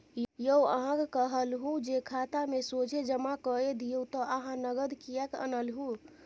यौ अहाँक कहलहु जे खातामे सोझे जमा कए दियौ त अहाँ नगद किएक आनलहुँ